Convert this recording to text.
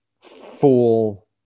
full